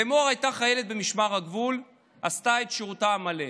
ומור הייתה חיילת במשמר הגבול ועשתה את שירותה המלא.